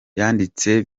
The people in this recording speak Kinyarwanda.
yanditse